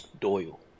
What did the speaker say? Doyle